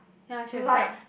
ya she have duck